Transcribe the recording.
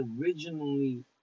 originally